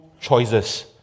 choices